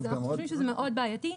אז אנחנו חושבים שזה מאוד בעייתי.